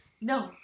No